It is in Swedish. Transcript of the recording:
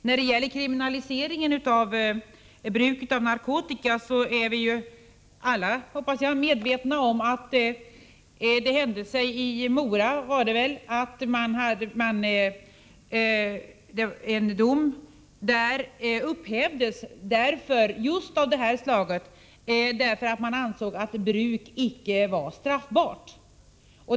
När det gäller kriminalisering av bruket av narkotika är vi alla, hoppas jag, medvetna om att det i Mora — det var väl där — hände sig att en dom på det här området upphävdes just därför att man ansåg att bruk icke var straffbart.